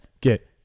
get